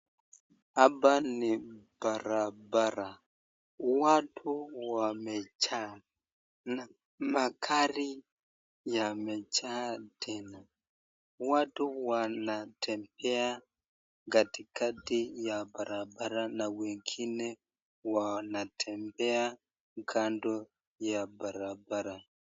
Hapa ni barabara. Watu wamejaa na magari yamejaa tena. Watu wanatembea katikati ya barabara na wengine wanatembea kando ya barabara.